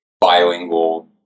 Bilingual